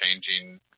changing